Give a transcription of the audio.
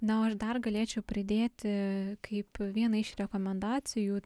na o aš dar galėčiau pridėti kaip vieną iš rekomendacijų